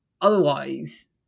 otherwise